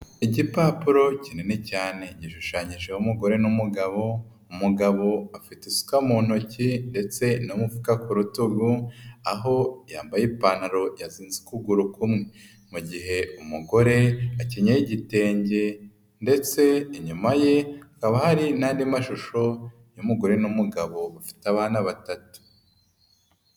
Igipapuro kinini cyane, gishushanyijeho umugore n'umugabo, umugabo afite isuka mu ntoki ndetse na mufuka ku rutugu, aho yambaye ipantaro yazinze ukuguru kumwe, mu gihe umugore akinyeye igitenge ndetse inyuma ye hakaba hari n'andi mashusho y'umugore n'umugabo bafite abana batatu.